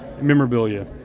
memorabilia